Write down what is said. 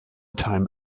time